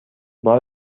بار